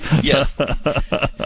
Yes